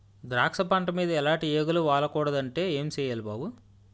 ద్రాక్ష పంట మీద ఎలాటి ఈగలు వాలకూడదంటే ఏం సెయ్యాలి బాబూ?